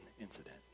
incident